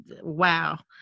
Wow